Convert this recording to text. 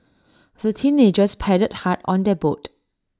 the teenagers paddled hard on their boat